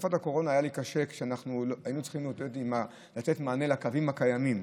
בתקופת הקורונה היה לי קשה כשהיינו צריכים לתת מענה לקווים הקיימים,